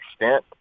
extent